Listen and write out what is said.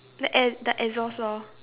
the air the exhaust lor